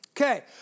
Okay